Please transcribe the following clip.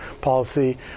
policy